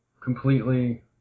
completely